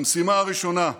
המשימה הראשונה,